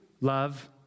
love